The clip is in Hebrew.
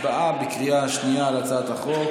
הצבעה בקריאה שנייה על הצעת החוק.